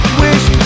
wish